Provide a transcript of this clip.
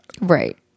Right